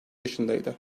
yaşındaydı